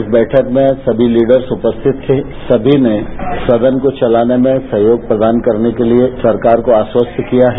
इस बैठक सभी लीडस उपस्थित थे सभी ने सदन को चलाने में सहयोग प्रदान करने के लिए सरकार को आश्वस्त किया है